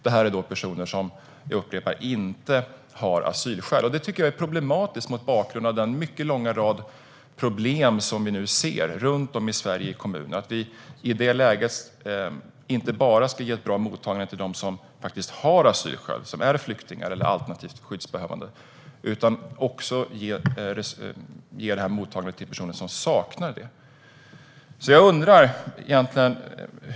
Det är personer som - jag upprepar - inte har asylskäl. Detta tycker jag är problematiskt mot bakgrund av den mycket långa rad problem vi ser runt om i Sverige i kommunerna. I det läget ska vi inte bara ge ett bra mottagande till dem som faktiskt har asylskäl, som är flyktingar eller alternativt skyddsbehövande, utan vi ska också ge detta mottagande till personer som saknar dessa skäl.